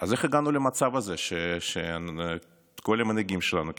אז איך הגענו למצב הזה שכל המנהיגים שלנו כמעט,